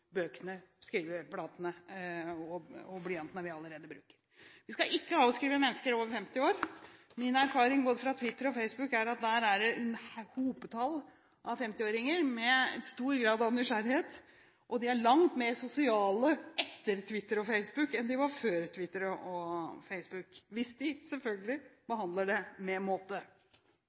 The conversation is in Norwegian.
bøkene, skriveplatene og blyantene vi allerede bruker. Vi skal ikke avskrive mennesker over 50 år. Min erfaring, både fra Twitter og Facebook, er at der er det 50-åringer i hopetall, med stor grad av nysgjerrighet. De er langt mer sosiale etter Twitter og Facebook enn de var før, hvis de, selvfølgelig, bruker det med måte.